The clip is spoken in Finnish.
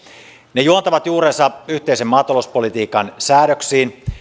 ne juontavat juurensa yhteisen maatalouspolitiikan säädöksiin suomi